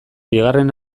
bigarren